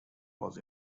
was